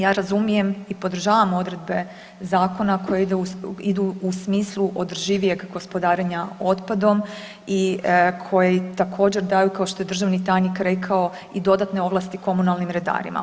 Ja razumijem i podržavam odredbe zakona koje idu u smislu održivijeg gospodarenja otpadom i koje također, daju, kao što je državni tajnik rekao, i dodatne ovlasti komunalnim redarima.